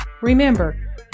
remember